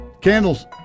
Candles